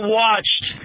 watched